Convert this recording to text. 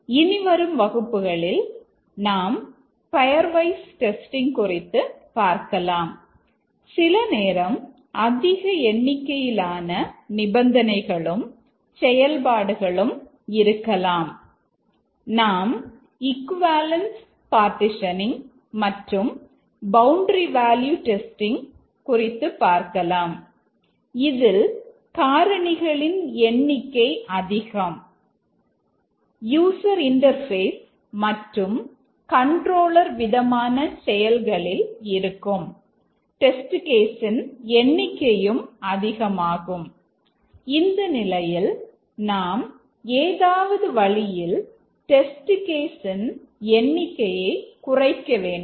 இனிவரும் வகுப்புகளில் நாம் பெயர்வைஸ் டெஸ்டிங் எண்ணிக்கையை குறைக்க வேண்டும்